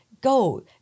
go